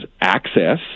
access